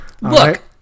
Look